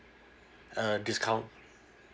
uh discount